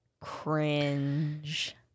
cringe